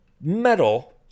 metal